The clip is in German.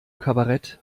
kabarett